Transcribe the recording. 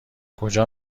کجا